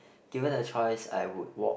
given a choice I would walk